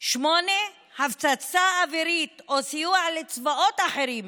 8. הפצצה אווירית או סיוע לצבאות אחרים